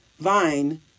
vine